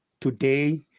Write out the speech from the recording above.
today